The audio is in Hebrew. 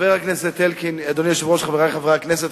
חברי חברי הכנסת,